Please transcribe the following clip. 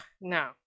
no